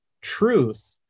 truth